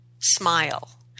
smile